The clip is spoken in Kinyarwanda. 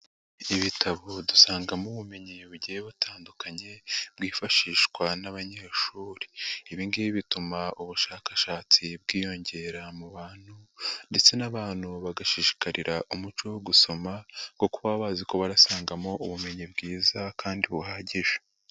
Ibitabo dusangamo ubumenyi bugiye butandukanye bwifashishwa n'abanyeshuri, ibingibi bituma ubushakashatsi bwiyongera mu bantu ndetse n'abantu bagashishikarira umuco wo gusoma kuko bazi ko basangamo ubumenyi bwiza kandi buhagije.